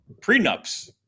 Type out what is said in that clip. Prenups